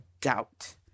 doubt